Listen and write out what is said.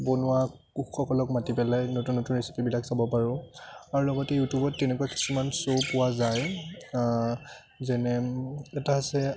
বনোৱা কুকসকলক মাতি পেলাই নতুন নতুন ৰেচিপিবিলাক চাব পাৰোঁ আৰু লগতে ইউটিউবত তেনেকুৱা কিছুমান শ্ব' পোৱা যায় যেনে এটা হৈছে